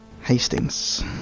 Hastings